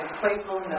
playful